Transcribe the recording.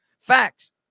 Facts